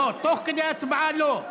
תוך כדי הצבעה לא.